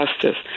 justice